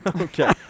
Okay